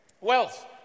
Wealth